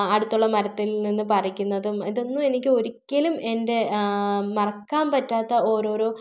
അടുത്തുള്ള മരത്തിൽ നിന്ന് പറിക്കുന്നതും ഇതൊന്നും എനിക്ക് ഒരിക്കലും എൻ്റെ മറക്കാൻ പറ്റാത്ത ഓരോരോ